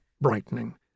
brightening